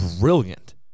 brilliant